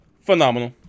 phenomenal